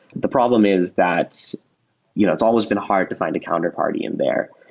the problem is that you know it's always been hard to find a counterparty in there,